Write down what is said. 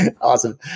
awesome